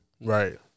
Right